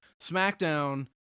SmackDown